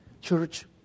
Church